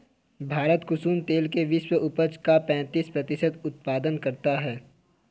भारत कुसुम तेल के विश्व उपज का पैंतीस प्रतिशत उत्पादन करता है